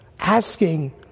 Asking